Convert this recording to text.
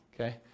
Okay